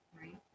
right